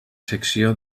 secció